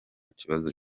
kibazo